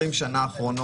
ב-20 השנה האחרונות,